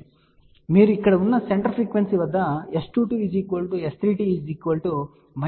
కాబట్టి మీరు ఇక్కడ ఉన్న సెంటర్ ఫ్రీక్వెన్సీ వద్ద S22 S32